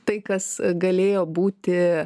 tai kas galėjo būti